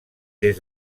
des